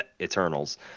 Eternals